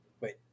Wait